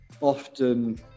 often